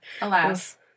Alas